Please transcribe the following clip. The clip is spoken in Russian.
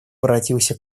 воротился